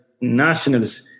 nationals